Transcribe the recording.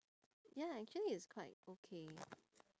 ya actually it's quite okay